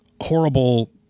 horrible